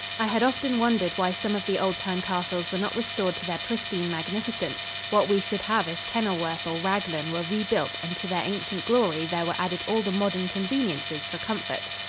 i had often wondered why some of the old-time castles were not restored to their pristine magnificence what we should have if kenilworth or raglan were re-built and to their ancient glory there were added all the modern conveniences for comfort.